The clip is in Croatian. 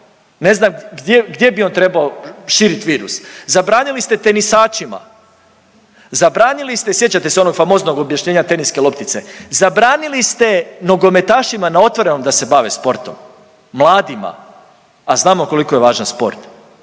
Ne znam gdje gdje bi on trebao širit virus. Zabranili ste tenisačima, zabranili ste, sjećate se onog famoznog objašnjenja teniske loptice. Zabranili ste nogometašima na otvorenom da se bave sportom, mladima, a znamo koliko je važan sport.